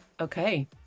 Okay